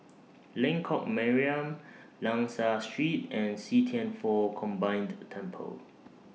Lengkok Mariam Liang Seah Street and See Thian Foh Combined Temple